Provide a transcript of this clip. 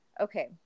Okay